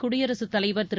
குடியரசுத் தலைவர் திரு